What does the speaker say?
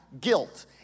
guilt